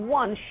one